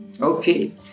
okay